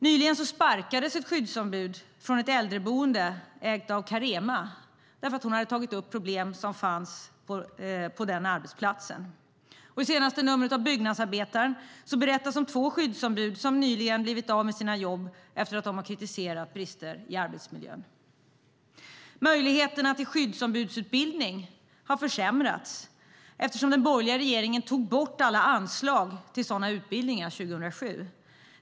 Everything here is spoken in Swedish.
Nyligen sparkades ett skyddsombud från en äldreboende ägt av Carema, eftersom hon hade tagit upp problem som fanns på den arbetsplatsen. I senaste numret av Byggnadsarbetaren berättas om två skyddsombud som nyligen blivit av med sina jobb efter att de hade kritiserat brister i arbetsmiljön. Möjligheterna till skyddsombudsutbildning har försämrats, eftersom den borgerliga regeringen tog bort alla anslag till sådana utbildningar 2007.